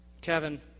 Kevin